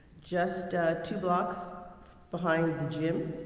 just two blocks behind the gym,